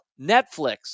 netflix